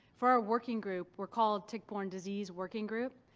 for our working group we're called tick-borne disease working group.